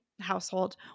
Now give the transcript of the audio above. household